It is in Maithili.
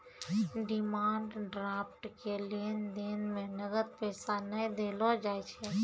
डिमांड ड्राफ्ट के लेन देन मे नगद पैसा नै देलो जाय छै